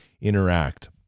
interact